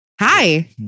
Hi